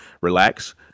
Relax